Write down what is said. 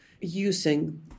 using